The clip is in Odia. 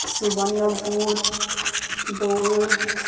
ସୁବର୍ଣ୍ଣପୁର ବୌଦ୍ଧ